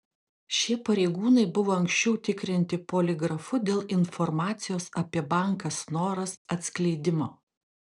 šie pareigūnai buvo anksčiau tikrinti poligrafu dėl informacijos apie banką snoras atskleidimo